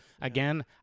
Again